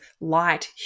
light